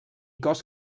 cos